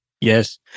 Yes